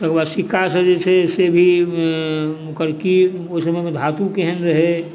तकरा बाद सिक्का सब जे छै से भी ओकर की ओहि समयमे धातु केहन रहै